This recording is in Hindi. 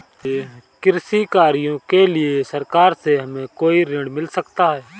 कृषि कार्य के लिए सरकार से हमें कोई ऋण मिल सकता है?